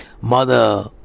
Mother